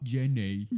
Jenny